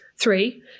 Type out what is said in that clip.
Three